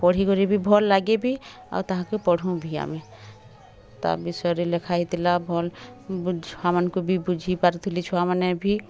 ପଢ଼ିକରି ବି ଭଲ୍ ଲାଗେ ବି ଆଉ ତାହାକେ ପଢ଼ୁଁ ବି ଆମେ ତା ବିଷୟରେ ଲେଖା ହେଇଥିଲା ଭଲ୍ ଛୁଆମାନଙ୍କୁ ବି ବୁଝିପାରୁଥିଲି ଛୁଆମାନେ ଭି